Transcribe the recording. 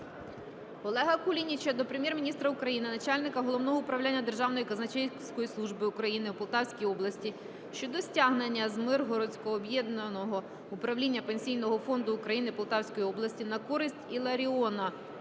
Олега Кулініча до Прем'єр-міністра України, Начальника Головного управління Державної казначейської служби України у Полтавській області щодо стягнення з Миргородського об'єднаного управління Пенсійного фонду України Полтавської області на користь Ілларіона